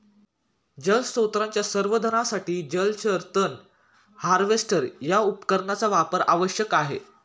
जलस्रोतांच्या संवर्धनासाठी जलचर तण हार्वेस्टर या उपकरणाचा वापर आवश्यक आहे